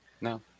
no